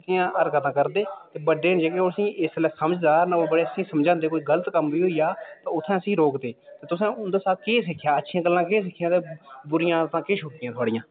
बचपन च कियां और पता करदे बड्डे न जेह्ड़े ओह् इसलै समझदार न बड़ा स्हेई समझांदे कोई गलत कम्म बी होई जा ते उत्थै असें गी रोकदे तुसें उंदे साथ केह् सिक्खेआ अच्छियां आदतां केह् सिक्खियां बुरियां आादतां केह् सिक्खियां